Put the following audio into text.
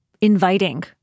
inviting